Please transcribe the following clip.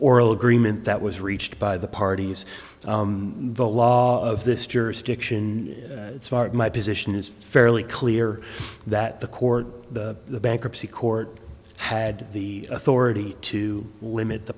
oral agreement that was reached by the parties the law of this jurisdiction it's mark my position is fairly clear that the court the bankruptcy court had the authority to limit the